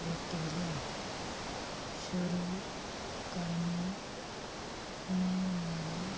प्रक्रिया शुरू करने में मेरी